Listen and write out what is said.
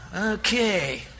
Okay